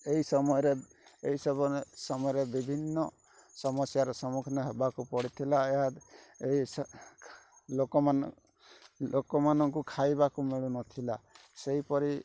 ଏଇ ସମୟରେ ଏଇ ସମୟରେ ବିଭିନ୍ନ ସମସ୍ୟାର ସମ୍ମୁଖୀନ ହେବାକୁ ପଡ଼ିଥିଲା ଏହା ଏଇ ଲୋକମାନ ଲୋକମାନଙ୍କୁ ଖାଇବାକୁ ମିଳୁନଥିଲା ସେହିପରି